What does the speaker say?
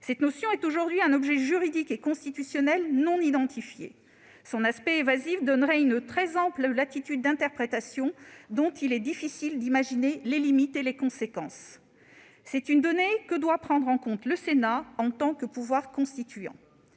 communs » est aujourd'hui un objet juridique et constitutionnel non identifié. Son aspect évasif donnerait une grande latitude d'interprétation, dont il est difficile d'imaginer les limites et les conséquences. C'est une donnée que doit prendre en compte le Sénat, en tant que pouvoir constituant.